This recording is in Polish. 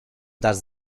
dasz